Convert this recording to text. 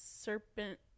serpent